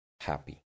happy